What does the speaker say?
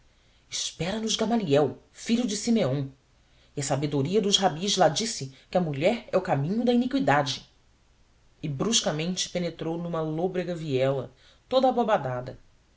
asperamente espera nos gamaliel filho de e simeão e a sabedoria dos rabis lá disse que a mulher é o caminho da iniquidade e bruscamente penetrou numa lobrega viela toda